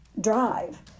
drive